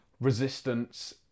resistance